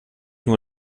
nur